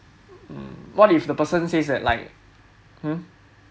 um what if the person says that like hmm